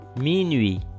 Minuit